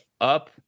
up